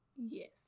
Yes